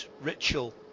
ritual